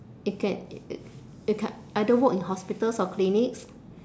it can you can either work in hospitals or clinics